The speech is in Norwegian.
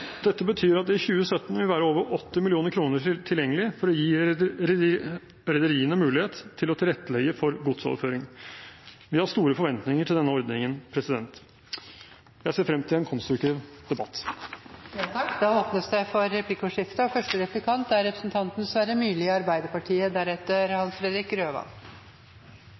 Dette betyr at det i 2017 vil være over 80 mill. kr tilgjengelig for å gi rederiene mulighet til å tilrettelegge for godsoverføring. Vi har store forventninger til denne ordningen. Jeg ser frem til en konstruktiv debatt. Det blir replikkordskifte. Et av denne periodens stortingsflertalls store prosjekter, jeg tror vi til og med kan si prestisjeprosjekter, er